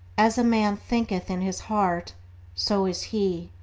as a man thinketh in his heart so is he,